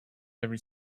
very